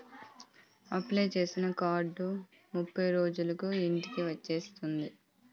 apply చేసిన card ముప్పై రోజులకు ఇంటికి వస్తాది